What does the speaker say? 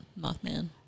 Mothman